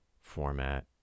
format